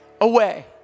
away